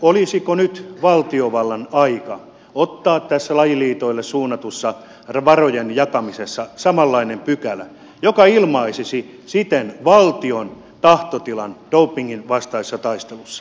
olisiko nyt valtiovallan aika ottaa tässä lajiliitoille suunnatussa varojen jakamisessa samanlainen pykälä joka ilmaisisi siten valtion tahtotilan dopingin vastaisessa taistelussa